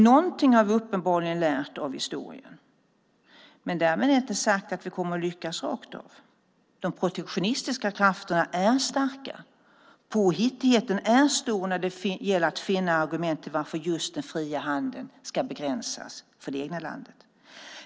Någonting har vi alltså uppenbarligen lärt av historien. Men därmed inte sagt att vi kommer att lyckas rakt av. De protektionistiska krafterna är starka, och påhittigheten är stor när det gäller att finna argument för varför just den fria handeln ska begränsas för det egna landet.